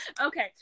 Okay